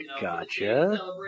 Gotcha